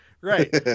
Right